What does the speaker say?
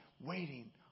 Waiting